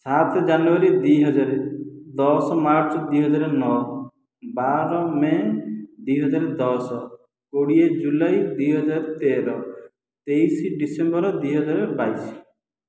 ସାତ ଜାନୁଆରୀ ଦୁଇ ହଜାର ଦଶ ମାର୍ଚ୍ଚ ଦୁଇ ହଜାର ନଅ ବାର ମେ' ଦୁଇ ହଜାର ଦଶ କୋଡ଼ିଏ ଜୁଲାଇ ଦୁଇ ହଜାର ତେର ତେଇଶ ଡିସେମ୍ବର ଦୁଇ ହଜାର ବାଇଶ